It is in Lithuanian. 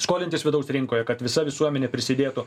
skolintis vidaus rinkoje kad visa visuomenė prisidėtų